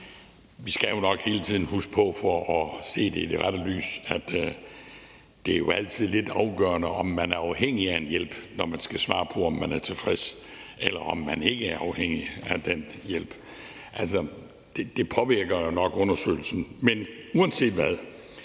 Vi skal nok hele tiden for at se det i det rette lys huske på, at det altid er lidt afgørende, om man er afhængig af en hjælp, når man skal svare på, om man er tilfreds, eller om man ikke er afhængig af den hjælp. Altså, det påvirker jo nok undersøgelsen. Uanset hvad